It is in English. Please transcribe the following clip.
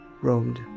roamed